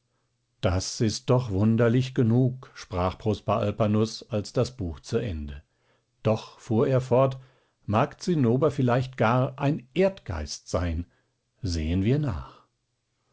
das ist doch wunderlich genug sprach prosper alpanus als das buch zu ende doch fuhr er fort mag zinnober vielleicht gar ein erdgeist sein sehen wir nach